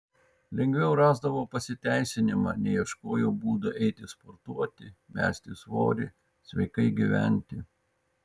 lengviau rasdavau pasiteisinimą nei ieškojau būdų eiti sportuoti mesti svorį sveikai gyventi